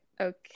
Okay